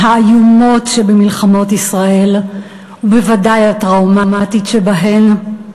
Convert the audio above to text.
מהאיומות שבמלחמות ישראל ובוודאי הטראומטית שבהן.